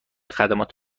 خدمات